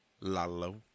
Lalo